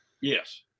Yes